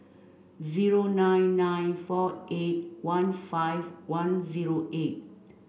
zero nine nine four eight one five one zero eight